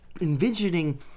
envisioning